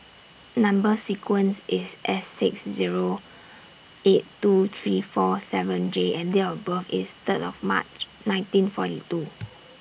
Number sequence IS S six Zero eight two three four seven J and Date of birth IS Third of March nineteen forty two